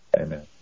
Amen